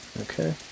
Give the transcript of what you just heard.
Okay